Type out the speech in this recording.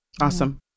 Awesome